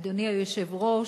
אדוני היושב-ראש,